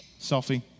selfie